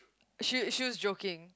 she she was joking